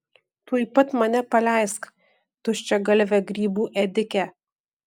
tuoj pat mane paleisk tuščiagalve grybų ėdike